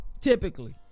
typically